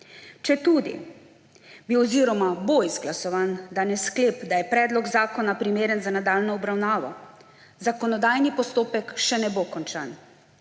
Četudi bi oziroma bo danes izglasovan sklep, da je predlog zakona primeren za nadaljnjo obravnavo, zakonodajni postopek še ne bo končan.